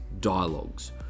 dialogues